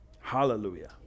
Hallelujah